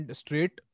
straight